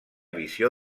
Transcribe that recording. visió